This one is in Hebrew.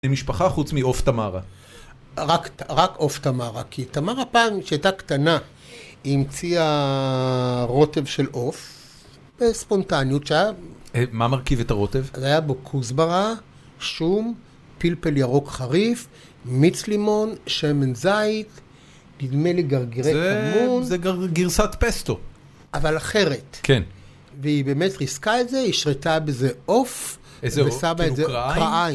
היא משפחה חוץ מעוף תמרה? רק עוף תמרה, כי תמרה פעם שהיא הייתה קטנה היא המציאה רוטב של עוף בספונטניות שהיה מה מרכיב את הרוטב? אז היה בו כוסברה, שום, פלפל ירוק חריף, מיץ לימון, שמן זית נדמה לי גרגירי כמון זה גרסת פסטו אבל אחרת כן והיא באמת ריסקה את זה, היא השרתה בזה עוף ושמה בזה איזה כרעיים